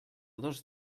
dos